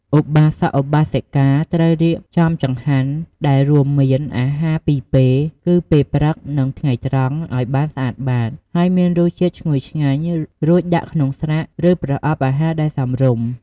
ឧបាសក ឧបាសិកា ត្រូវរៀបចំចង្ហាន់ ដែលរួមមាន អាហារពីរពេល គឺពេលព្រឹក និងថ្ងៃត្រង់ ឲ្យបានស្អាតបាត ហើយមានរសជាតិឈ្ងុយឆ្ងាញ់ រួចដាក់ក្នុងស្រាក់ ឬប្រអប់អាហារដែលសមរម្យ។